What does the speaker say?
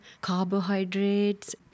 carbohydrates